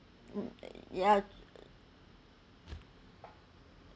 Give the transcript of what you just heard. mm yeah